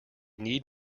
need